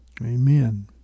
Amen